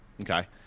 Okay